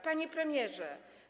Panie Premierze!